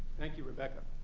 thank you, rebecca.